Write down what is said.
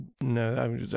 no